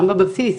גם בבסיס,